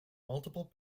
multiple